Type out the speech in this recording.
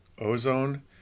Ozone